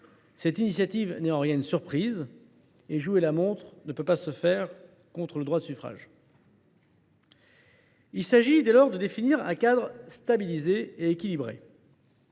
Cette initiative n’est donc en rien une surprise et l’on ne saurait jouer la montre contre le droit de suffrage. Il s’agit dès lors de définir un cadre stabilisé et équilibré.